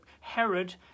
Herod